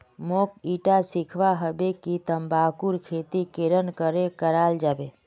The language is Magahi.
मोक ईटा सीखवा हबे कि तंबाकूर खेती केरन करें कराल जाबे